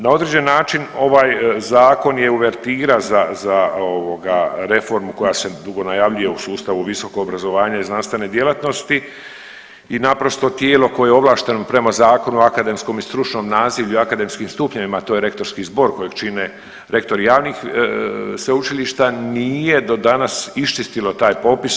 Na određen način ovaj zakon je uvertira za, za ovoga reformu koja se dugo najavljuje u sustavu visokog obrazovanja i znanstvene djelatnosti i naprosto tijelo koje je ovlašteno prema Zakonu o akademskom i stručnom nazivlju i akademskim stupnjevima, to je rektorski zbor kojeg čine rektori javnih sveučilišta nije do danas iščistilo taj popis.